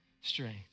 strength